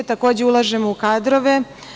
Takođe, ulažemo u kadrove.